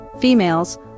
Females